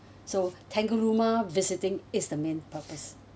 so tangalooma visiting is the main purpose